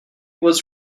was